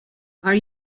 are